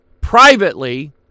privately